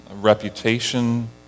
reputation